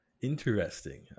interesting